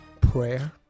Prayer